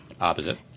Opposite